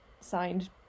signed